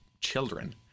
children